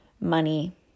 money